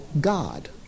God